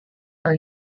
are